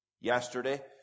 Yesterday